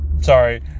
Sorry